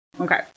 Okay